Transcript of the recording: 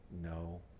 no